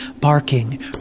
barking